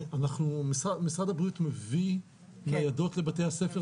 משרד הבריאות מביא ניידות לבתי הספר?